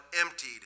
emptied